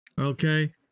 okay